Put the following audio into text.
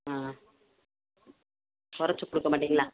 ஆ குறச்சி கொடுக்க மாட்டிங்களா